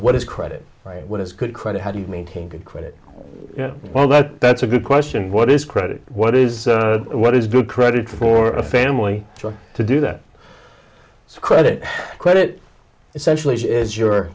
what is credit right what is good credit how do you maintain good credit well that's a good question what is credit what is what is good credit for a family to do that credit credit essentially is your